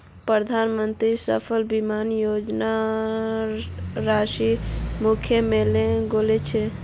प्रधानमंत्री फसल बीमा योजनार राशि मोक मिले गेल छै